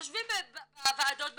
יושבים בוועדות בכנסת,